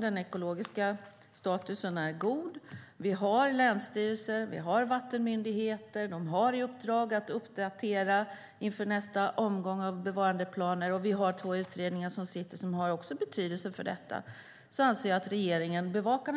Den ekologiska statusen är god, vi har länsstyrelser och vattenmyndigheter som har i uppdrag att uppdatera inför nästa omgång av bevarandeplaner och vi har två sittande utredningar som har betydelse för detta. Sammantaget anser jag därför att regeringen bevakar